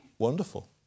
Wonderful